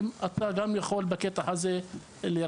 זה המקום שאתה יכול להירתם בקטע הזה ולעזור.